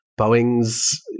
Boeing's